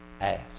ask